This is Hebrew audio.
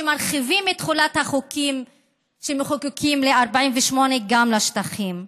שמרחיבים את תחולת החוקים שמחוקקים ל-48' גם לשטחים.